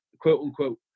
quote-unquote